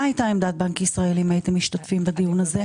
מה הייתה עמדת בנק ישראל לו הייתם משתתפים בדיון הזה?